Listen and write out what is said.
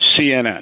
CNN